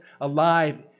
alive